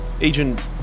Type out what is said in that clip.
Agent